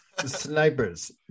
Snipers